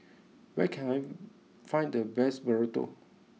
where can I find the best Burrito